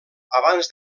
abans